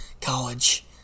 college